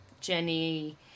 Jenny